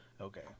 Okay